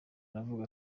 aravuga